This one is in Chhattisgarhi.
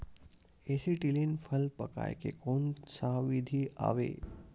एसीटिलीन फल पकाय के कोन सा विधि आवे?